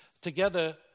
together